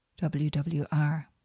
WWR